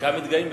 חלקם מתגאים בכך.